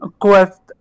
quest